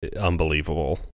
unbelievable